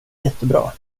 jättebra